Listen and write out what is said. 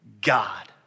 God